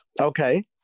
Okay